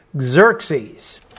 Xerxes